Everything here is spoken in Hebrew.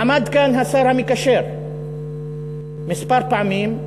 עמד כאן השר המקשר כמה פעמים,